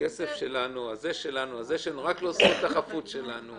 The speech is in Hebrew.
הכסף שלנו, הזה שלנו, רק לא זכות החפות שלנו.